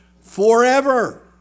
forever